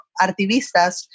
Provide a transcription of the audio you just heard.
artivistas